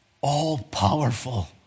all-powerful